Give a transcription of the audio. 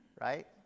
right